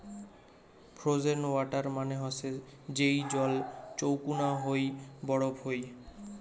frozen water মানে হসে যেই জল চৌকুনা হই বরফ হই